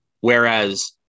Whereas